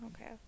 okay